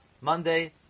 Monday